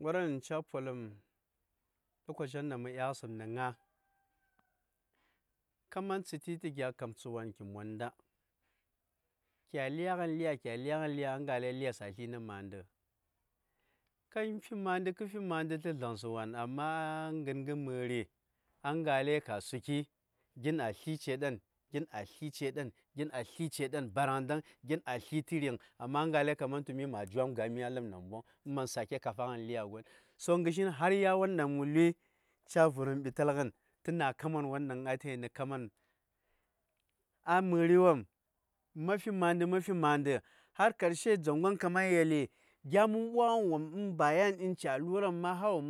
Ngərwon ɗaŋ ca: poləm, lokaci ɗaŋ mə ɗaghasəm nə ŋa, ka man tsiti tə gya kamtsə wa:n, ki monda, kya lya:ghn lya-kya lya:ghn lya wopm ngalai lyas a na: nə ma:nɗə, ka-yi fi ma:nɗə-kə fi ma:ndə tə zlənsə wa:n amma ŋən-gh mə:ri, a ngalai ka stlən tsitti, gin-a sli ce ɗan gin a sli ce ɗan-gin a sli ce ɗan baraŋdaŋ, gin a sli tə ring, ya ngalai ka man tu mi ma jwa:m ga:mi a ləb namboŋ, mə man gəm lya gwon. so gərshin har ya:won dan mhi lui, ca: vhrihm ɓitalghn tə na kaman won, ɗaŋ a ta yinə kaman, a mə:riwopm, mafi-ma:ndə, har karshe ka ma:n yeli, gya mən ɓwa-gən wopm, in kya luran ma, hàr wo